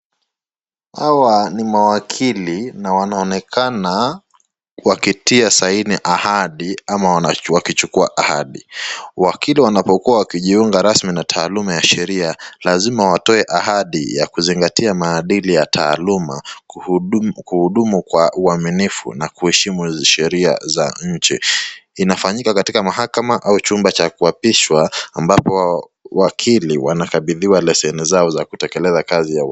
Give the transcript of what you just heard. Hawa ni mawakili wakionekana wakitia saini ahadi ama wanachukua ahadi, wakili wanapojiunga taaluma na sheria lazima watoe ahadi ya kusingatia maadili ya taaluma kuhudumu kwa uaminifu na kuheshimu sheria za nchi, inafanyika katika mahakama au jumba cha kuapishwa ambapo wakili wanakapidiwa leseni zao za kutekeleza kazi yao.